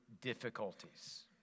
difficulties